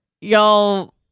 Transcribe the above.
y'all